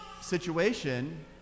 situation